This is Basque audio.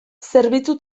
zerbitzu